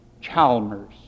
Chalmers